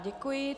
Děkuji.